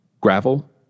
Gravel